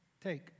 take